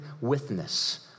witness